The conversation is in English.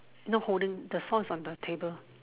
not holding the saw is on the table